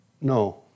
No